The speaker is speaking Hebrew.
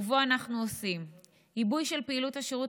ובו אנחנו עושים עיבוי של פעילות השירות